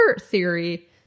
theory